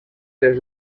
les